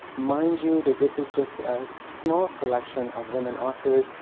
mind you that this is just a small selection of women authors.